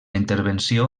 intervenció